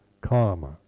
karma